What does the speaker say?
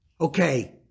okay